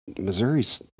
Missouri's